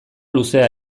luzea